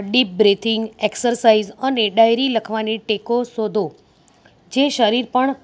deep breathing exercise અને diary લખવાની ટેકો શોધો જે શરીર પણ